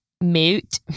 Mute